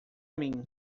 mim